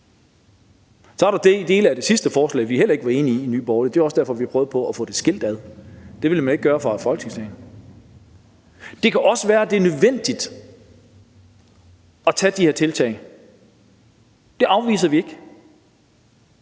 Så var der dele af det sidste forslag, som vi heller ikke var enige i i Nye Borgerlige, og det var også derfor, vi prøvede på at få det skilt ad, men det ville man ikke gøre i Folketingssalen. Det kan også være, at det er nødvendigt at tage de her tiltag, det afviser vi ikke,